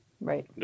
Right